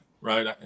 Right